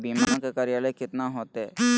बीमा के कार्यकाल कितना होते?